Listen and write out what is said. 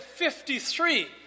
53